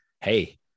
Hey